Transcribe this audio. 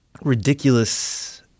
ridiculous